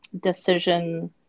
decision